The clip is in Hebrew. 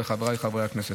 ולחבריי חברי הכנסת.